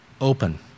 open